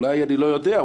אולי אני לא יודע,